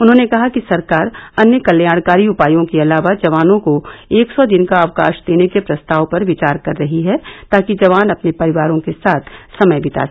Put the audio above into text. उन्होंने कहा कि सरकार अन्य कत्याणकारी उपायों के अलावा जवानों को एक सौ दिन का अवकाश देने के प्रस्ताव पर विचार कर रही है ताकि जवान अपने परिवारों के साथ समय बिता सकें